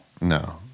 No